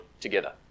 together